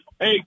Hey